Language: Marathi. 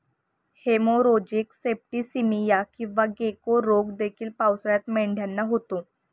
हेमोरेजिक सेप्टिसीमिया किंवा गेको रोग देखील पावसाळ्यात मेंढ्यांना होतो